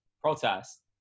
protest